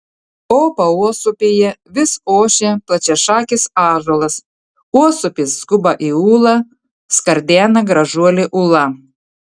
o pauosupėje vis ošia plačiašakis ąžuolas uosupis skuba į ūlą skardena gražuolė ūla